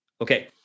Okay